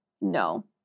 no